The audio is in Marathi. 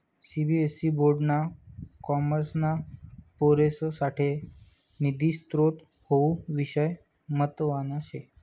सीबीएसई बोर्ड ना कॉमर्सना पोरेससाठे निधी स्त्रोत हावू विषय म्हतवाना शे